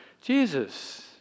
Jesus